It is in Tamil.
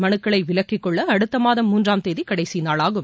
மனுக்களை விலக்கிக் கொள்ள அடுத்த மாதம் மூன்றாம் தேதி கடைசி நாளாகும்